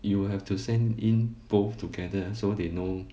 you will have to send in both together so they know